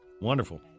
Wonderful